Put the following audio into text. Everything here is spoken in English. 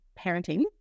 parenting